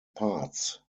parts